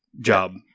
job